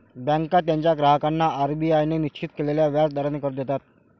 बँका त्यांच्या ग्राहकांना आर.बी.आय ने निश्चित केलेल्या व्याज दराने कर्ज देतात